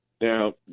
Now